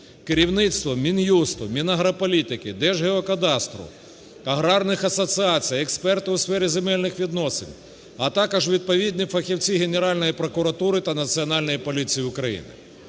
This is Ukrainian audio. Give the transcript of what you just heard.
керівництво Мін'юсту, Мінагрополітики, Держгеокадастру, аграрних асоціацій, експерти у сфері земельних відносин, а також відповідні фахівці Генеральної прокуратури та Національної поліції України.